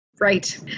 Right